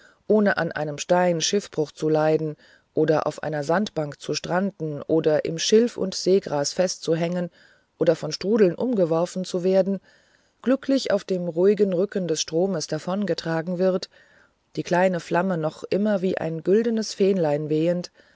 ohne an einem stein schiffbruch zu leiden oder auf einer sandbank zu stranden oder in schilf und seegras festzuhängen oder von strudeln umgeworfen zu werden glücklich auf dem ruhigen rücken des stromes davongetragen wird die kleine flamme noch immer wie ein güldenes fähnlein wehend